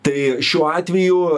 tai šiuo atveju